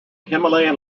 himalayan